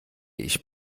ich